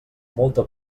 molta